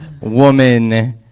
woman